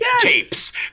tapes